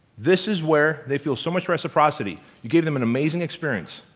this is where they feel so much reciprocity you gave them an amazing experience,